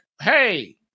Hey